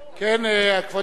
כן, כבוד השר,